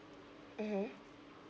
mmhmm